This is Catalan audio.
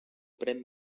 pren